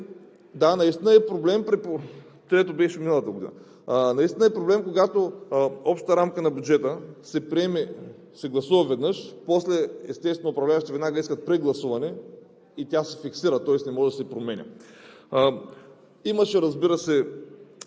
Наистина е проблем, когато общата рамка на бюджета се гласува веднъж. После, естествено, управляващите веднага искат прегласуване и тя се фиксира, тоест не може да се променя. Имаше, разбира се,